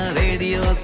radio